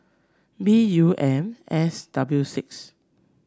B U M S W six